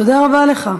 תודה רבה לך.